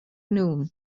noon